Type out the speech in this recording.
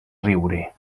riure